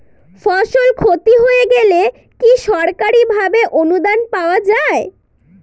ফসল ক্ষতি হয়ে গেলে কি সরকারি ভাবে অনুদান পাওয়া য়ায়?